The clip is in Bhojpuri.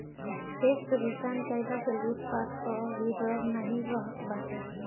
चेक से भुगतान कईला से लूटपाट कअ भी डर नाइ रहत बाटे